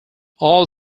all